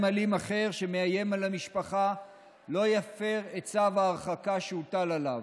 אלים אחר שמאיים על המשפחה לא יפר את צו ההרחקה שהוטל עליו,